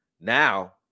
now